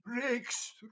breaks